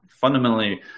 fundamentally